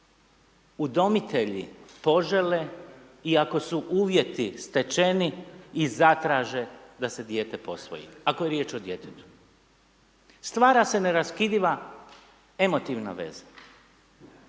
udomitelji požele i ako su uvjeti stečeni i zatraže da se dijete posvoji, ako je riječ o djetetu. Stvara se neraskidiva emotivna veza